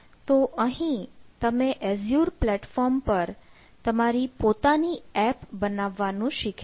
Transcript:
તો અહીં તમે એઝ્યુર પ્લેટફોર્મ પર તમારી પોતાની એપ બનાવવાનું શીખ્યા